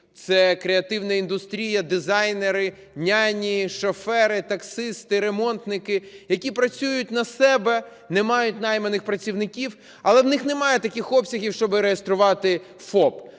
це креативна індустрія, дизайнери, няні, шофери, таксисти, ремонтники, які працюють на себе, не мають найманих працівників, але в них немає таких обсягів, щоб реєструвати ФОП.